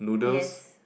yes